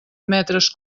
metres